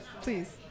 Please